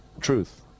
truth